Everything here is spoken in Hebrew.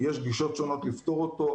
יש גישות שונות לפתור אותו.